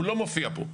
הוא לא מופיע פה.